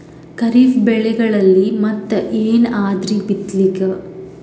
ಖರೀಫ್ ಬೆಳೆಗಳಲ್ಲಿ ಮತ್ ಏನ್ ಅದರೀ ಬಿತ್ತಲಿಕ್?